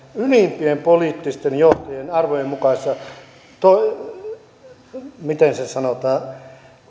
ylimpien poliittisten johtajien arvojen mukaisia kuuluuko se miten se sanotaan